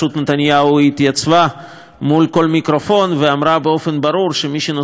היא התייצבה מול כל מיקרופון ואמרה באופן ברור שמי שנושא באחריות